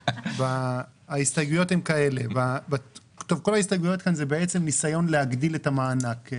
כל ההסתייגויות כאן זה בעצם ניסיון להגדיל את המענק.